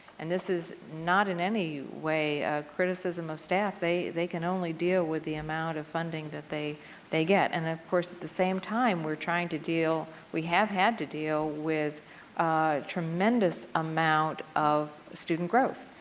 and this is not in any way a criticism of staff. they they can only deal with the amount of funding that they they get. and of course at the same time, we are trying to deal, we have had to deal with tremendous amount of student growth.